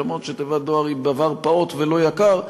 אף שתיבת דואר היא דבר פעוט ולא יקר,